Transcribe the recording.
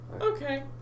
Okay